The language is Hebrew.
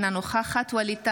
אינה נוכחת ווליד טאהא,